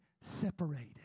separated